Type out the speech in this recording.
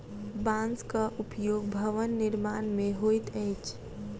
बांसक उपयोग भवन निर्माण मे होइत अछि